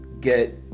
get